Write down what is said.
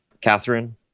Catherine